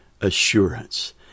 assurance